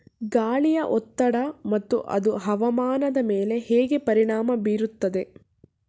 ಗಾಳಿಯ ಒತ್ತಡ ಮತ್ತು ಅದು ಹವಾಮಾನದ ಮೇಲೆ ಹೇಗೆ ಪರಿಣಾಮ ಬೀರುತ್ತದೆ?